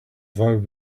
vow